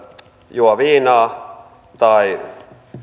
juo viinaa tai